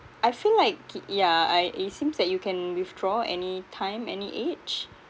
I feel like it yeah I it seems that you can withdraw any time any age